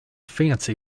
fancy